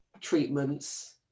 treatments